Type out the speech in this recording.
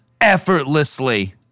effortlessly